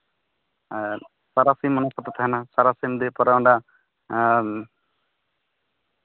ᱛᱟᱨᱟᱥᱤᱧ ᱦᱟᱹᱵᱤᱡ ᱠᱚ ᱛᱟᱦᱮᱱᱟ ᱛᱟᱨᱟᱥᱤᱧ ᱫᱤᱭᱮ ᱯᱚᱨ ᱚᱸᱰᱮ